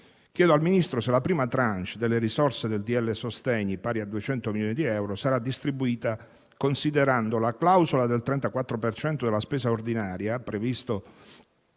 Chiedo al Ministro se la prima *tranche* delle risorse del decreto sostegni, pari a 200 milioni di euro, sarà distribuita considerando la clausola del 34 per cento della spesa ordinaria prevista